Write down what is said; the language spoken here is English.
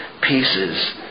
pieces